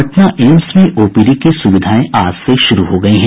Patna AIIMS में OPD की सुविधाएं आज से शुरू हो गयी हैं